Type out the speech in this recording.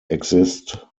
exist